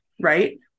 right